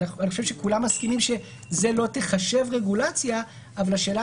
אני חושב שכולם מסכימים שזה לא ייחשב רגולציה אבל השאלה